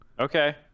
Okay